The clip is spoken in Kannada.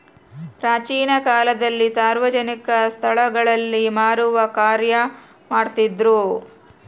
ಪ್ರಾಚೀನ ಕಾಲದಲ್ಲಿ ಸಾರ್ವಜನಿಕ ಸ್ಟಳಗಳಲ್ಲಿ ಮಾರುವ ಕಾರ್ಯ ಮಾಡ್ತಿದ್ರು